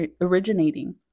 originating